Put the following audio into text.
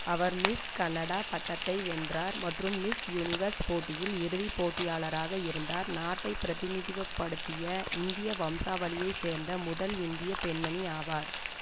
அவர் Miss Canada பட்டத்தை வென்றார் மற்றும் மிஸ் யுனிவர்ஸ் போட்டியில் இறுதி போட்டியாளராக இருந்தார் நாட்டை பிரதிநிதிவப்படுத்திய இந்திய வம்சாவளியைச் சேர்ந்த முதல் இந்திய பெண்மணி ஆவார்